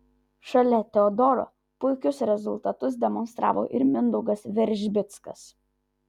šalia teodoro puikius rezultatus demonstravo ir mindaugas veržbickas